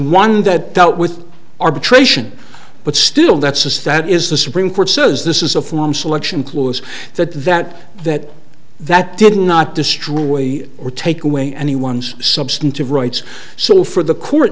one that dealt with arbitration but still that says that is the supreme court says this is a form selection clause that that that that did not destroy or take away anyone's substantive rights so for the court